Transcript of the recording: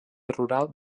rural